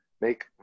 make